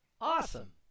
Awesome